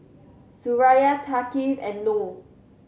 Suraya Thaqif and Noh